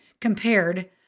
compared